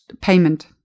payment